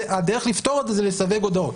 הדרך לפתור את זה היא לסווג הודעות,